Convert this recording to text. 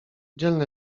dzielny